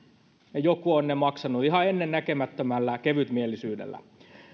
ja joku on ne maksanut ihan ennennäkemättömällä kevytmielisyydellä